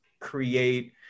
create